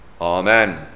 Amen